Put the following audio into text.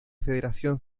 federación